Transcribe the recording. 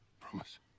Promise